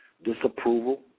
Disapproval